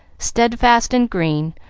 steadfast and green,